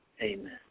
Amen